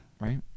right